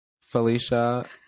Felicia